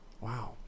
Wow